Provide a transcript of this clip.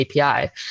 API